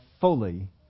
fully